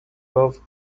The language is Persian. گفت